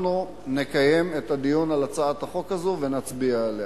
אנחנו נקיים את הדיון על הצעת החוק הזו ונצביע עליה.